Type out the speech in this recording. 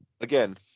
again